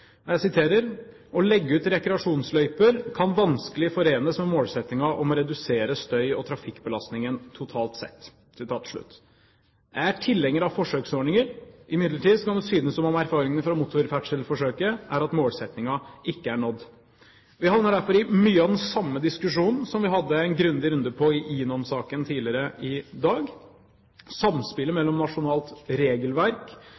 legge ut rekreasjonsløyper kan synes vanskelig å forene med målsettingen om å redusere støy- og trafikkbelastningen totalt sett.» Jeg er tilhenger av forsøksordninger. Imidlertid kan det synes som om erfaringene fra motorferdselforsøket viser at målsettingen ikke er nådd. Vi havner derfor i mye av den samme diskusjonen som vi hadde en grundig runde på i INON-saken tidligere i dag – samspillet